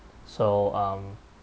so um